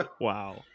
Wow